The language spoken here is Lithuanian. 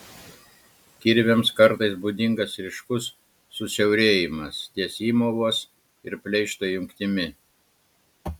kirviams kartais būdingas ryškus susiaurėjimas ties įmovos ir pleišto jungtimi